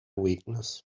weakness